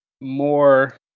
more